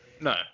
No